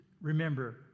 remember